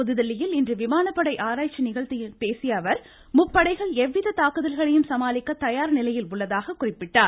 புதுதில்லியில் இன்று விமானப்படை ஆராய்ச்சி நிகழ்ச்சியில் பேசிய அவர் முப்படைகள் எவ்வித தாக்குதல்களையும் சமாளிக்க தயார் நிலையில் உள்ளதாக உறுதிபட கூறினார்